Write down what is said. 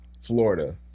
Florida